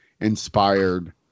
inspired